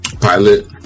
Pilot